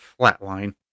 flatline